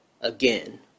again